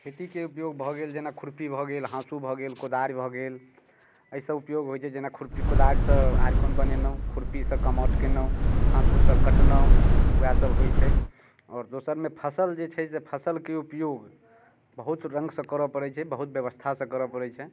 खेतीके उपयोग भऽ गेल जेना खुरपी भऽ गेल हाँसू भऽ गेल कोदारि भऽ गेल ईसभ उपयोग होइत छै जेना खुरपी कोदारिसँ आरि कोन बनेलहुँ खुरपीसँ कमाठु केलहुँ हाँसुसँ कटलहुँ उएहसभ होइत छै आओर दोसरमे फसल जे छै से फसलके उपयोग बहुत रङ्गसँ करय पड़ैत छै बहुत व्यवस्थासँ करय पड़ैत छै